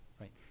right